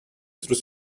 through